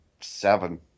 seven